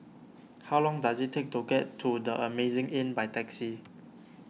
how long does it take to get to the Amazing Inn by taxi